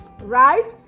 right